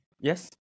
Yes